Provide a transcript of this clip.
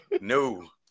No